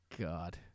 God